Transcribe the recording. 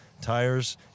tires